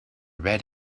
red